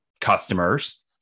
customers